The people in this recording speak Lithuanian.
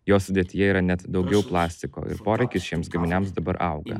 jo sudėtyje yra net daugiau plastiko poreikis šiems gaminiams dabar auga